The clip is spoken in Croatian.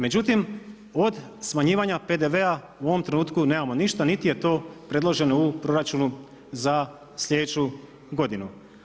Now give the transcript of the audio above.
Međutim od smanjivanja PDV-a u ovom trenutku nemamo ništa, niti je to predloženo u proračunu za slijedeću godinu.